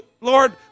Lord